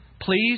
Please